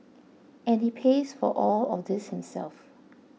and he pays for all of this himself